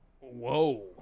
Whoa